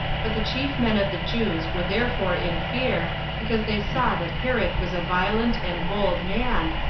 but the chief men of the jews were therefore in fear, because they saw that herod was a violent and bold man,